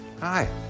hi